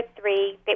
three